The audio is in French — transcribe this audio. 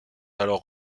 alors